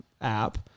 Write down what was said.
app